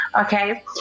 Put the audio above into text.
Okay